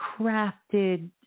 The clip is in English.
crafted